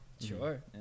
Sure